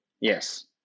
yes